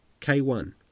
K1